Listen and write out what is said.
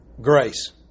Grace